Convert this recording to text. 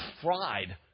fried